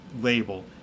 label